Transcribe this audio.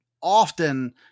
often